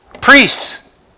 Priests